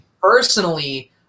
Personally